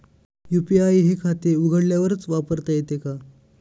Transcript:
UPI हे खाते उघडल्यावरच वापरता येते का?